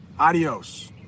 Adios